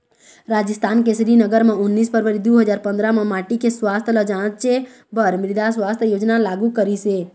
राजिस्थान के श्रीगंगानगर म उन्नीस फरवरी दू हजार पंदरा म माटी के सुवास्थ ल जांचे बर मृदा सुवास्थ योजना लागू करिस हे